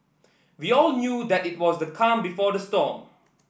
we all knew that it was the calm before the storm